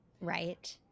Right